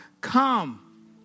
come